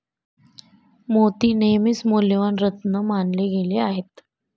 मोती नेहमीच मौल्यवान रत्न मानले गेले आहेत